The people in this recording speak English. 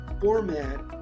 format